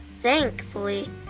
thankfully